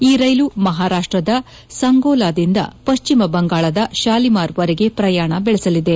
ಈ ರೈಲು ಮಹಾರಾಷ್ಟದ ಸಂಗೋಲಾದಿಂದ ಪಶ್ಚಿಮ ಬಂಗಾಳದ ಶಾಲಿಮರ್ ವರೆಗೆ ಪ್ರಯಾಣ ಬೆಳೆಸಲಿದೆ